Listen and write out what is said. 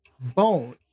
bone